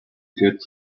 good